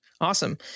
Awesome